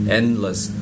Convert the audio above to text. endless